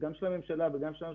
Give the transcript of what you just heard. של הממשלה וגם שלנו,